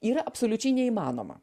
yra absoliučiai neįmanoma